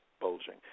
bulging